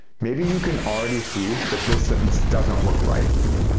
maybe you can already see that this sentence doesn't look right.